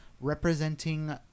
representing